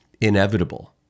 inevitable